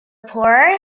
poorer